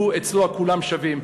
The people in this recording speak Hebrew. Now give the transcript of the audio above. הוא, אצלו כולם שווים.